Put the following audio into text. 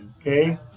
okay